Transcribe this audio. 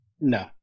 No